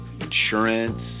insurance